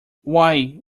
why